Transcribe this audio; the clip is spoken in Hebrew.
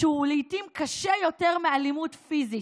שהוא לעיתים קשה יותר מאלימות פיזית.